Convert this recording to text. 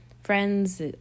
friends